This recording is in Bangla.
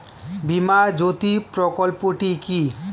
বীমা জ্যোতি প্রকল্পটি কি?